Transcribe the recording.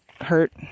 hurt